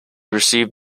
received